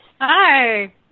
Hi